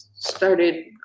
started